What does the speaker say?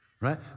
right